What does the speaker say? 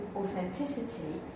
authenticity